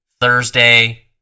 Thursday